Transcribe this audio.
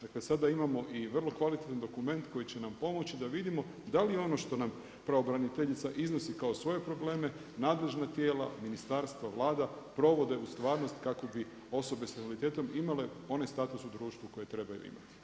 Dakle, sada imamo i vrlo kvalitetan dokument koji će nam pomoći da vidimo da li ono što nam pravobraniteljica iznosi kao svoje probleme, nadležna tijela, ministarstva, Vlada, provode u stvarnosti kako bi osobe sa invaliditetom imale onaj status u društvu koji trebaju imati.